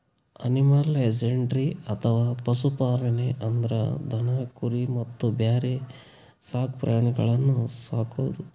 animal husbandry ಅಥವಾ ಪಶು ಪಾಲನೆ ಅಂದ್ರ ದನ ಕುರಿ ಮತ್ತ್ ಬ್ಯಾರೆ ಸಾಕ್ ಪ್ರಾಣಿಗಳನ್ನ್ ಸಾಕದು